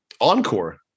encore